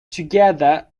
together